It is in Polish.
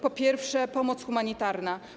Po pierwsze, pomoc humanitarna.